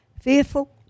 Fearful